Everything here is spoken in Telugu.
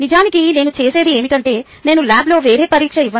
నిజానికి నేను చేసేది ఏమిటంటే నేను ల్యాబ్లో వేరే పరీక్ష ఇవ్వను